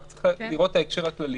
רק צריך לראות את ההקשר הכללי.